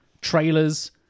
trailers